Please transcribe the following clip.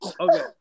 Okay